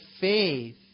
faith